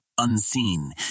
unseen